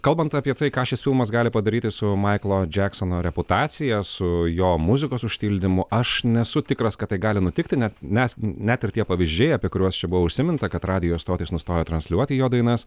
kalbant apie tai ką šis filmas gali padaryti su maiklo džeksono reputacija su jo muzikos užtildymu aš nesu tikras kad tai gali nutikti net nes net ir tie pavyzdžiai apie kuriuos čia buvo užsiminta kad radijo stotys nustoja transliuoti jo dainas